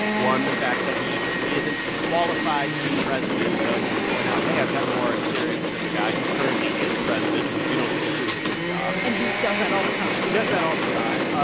one, the fact that he he isn't qualified to be president, though he could point out, hey i've got more experience than the guy who currently is president, who you don't think is doing a good job and he does that all the time he does that all the time.